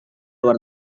luar